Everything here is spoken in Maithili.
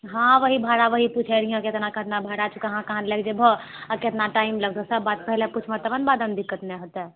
हँ वही भाड़ा वही पुछै रहियऽ केतना केतना भाड़ा छै कहाँ कहाँ लएके जयबहो आ केतना टाइम लागतै सब बात पहिले पुछबऽ तबे नऽ बादमे दिक्कत नै होतै